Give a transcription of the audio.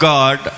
God